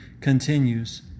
continues